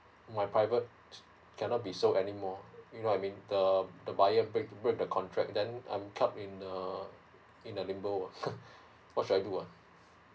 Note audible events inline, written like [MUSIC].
my private cannot be sold anymore you know I mean the the buyer break break the contract then I'm caught in the limbo uh [NOISE] what should I do uh